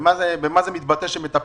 במה זה מתבטא שמטפלים?